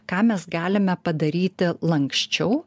ką mes galime padaryti lanksčiau